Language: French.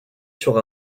sur